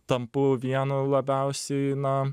tampu vienu labiausiai na